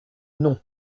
non